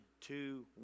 two